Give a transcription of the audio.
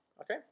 okay